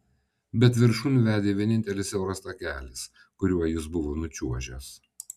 bet viršun vedė vienintelis siauras takelis kuriuo jis buvo nučiuožęs